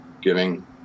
giving